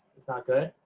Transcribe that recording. it's not good.